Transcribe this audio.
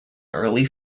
early